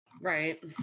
Right